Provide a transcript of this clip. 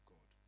God